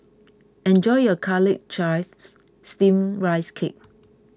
enjoy your Garlic Chives Steamed Rice Cake